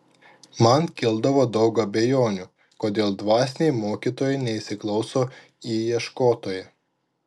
man kildavo daug abejonių kodėl dvasiniai mokytojai neįsiklauso į ieškotoją